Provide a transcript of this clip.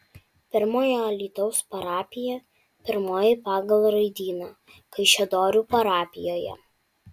pirmojo alytaus parapija pirmoji pagal raidyną kaišiadorių parapijoje